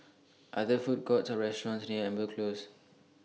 Are There Food Courts Or restaurants near Amber Close